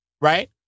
Right